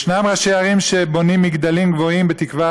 ישנם ראשי ערים שבונים מגדלים גבוהים בתקווה